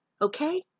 okay